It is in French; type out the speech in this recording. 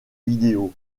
vidéo